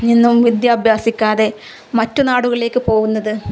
നിന്നും വിദ്യ അഭ്യസിക്കാതെ മറ്റു നാടുകളിലേക്ക് പോകുന്നത്